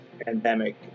pandemic